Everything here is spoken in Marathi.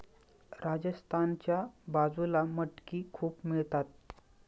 राजस्थानच्या बाजूला मटकी खूप मिळतात